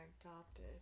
adopted